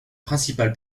principale